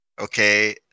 okay